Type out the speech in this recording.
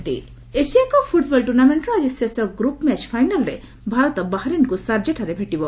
football Asia Cup football ଟୁର୍ଣ୍ଣାମେଣ୍ଟର ଆଜି ଶେଷ ଗ୍ରପ୍ ମ୍ୟାଚ୍ ଫାଇନାଲ୍ରେ ଭାରତ ବାହାରିନ୍କୁ ସାର୍ଜାଠାରେ ଭେଟିବ